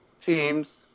teams